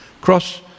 cross